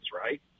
right